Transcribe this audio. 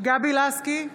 גבי לסקי,